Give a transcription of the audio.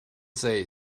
say